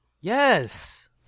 Yes